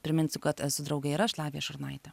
priminsiu kad esu drauge ir aš lavija šurnaitė